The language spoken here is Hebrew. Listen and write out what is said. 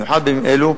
במיוחד בימים אלה,